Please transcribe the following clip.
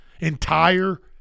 entire